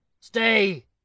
Stay